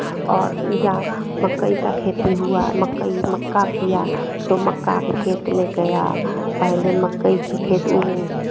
और या मकई का खेती हुआ मकई मक्का किया तो मक्का वो खेत में गया पहले मकई के खेत वो